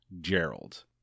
Gerald